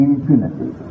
infinity